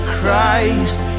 Christ